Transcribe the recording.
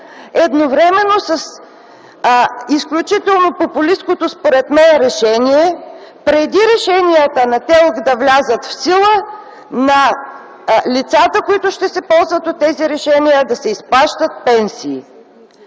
едновременно с изключително популисткото според мен решение: преди решенията на ТЕЛК да влязат в сила на лицата, които ще се ползват от тези решения, да се изплащат пенсии.